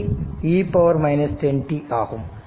05 e 10t ஆகும்